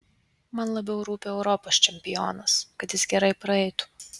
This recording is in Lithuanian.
man labiau rūpi europos čempionas kad jis gerai praeitų